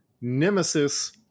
Nemesis